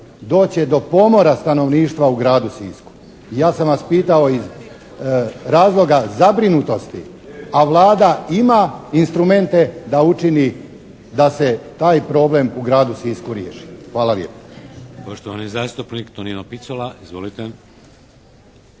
će do pomora stanovništva u Gradu Sisku i ja sam vas pitao iz razloga zabrinutosti, a Vlada ima instrumente da učini da se taj problem u Gradu Sisku riješi. Hvala lijepa.